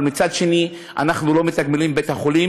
אבל מצד שני אנחנו לא מתגמלים את בית-החולים,